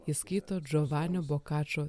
jis skaito džovanio bokačo